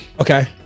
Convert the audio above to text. Okay